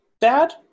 bad